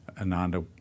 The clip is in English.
Ananda